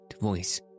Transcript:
voice